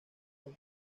los